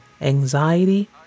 anxiety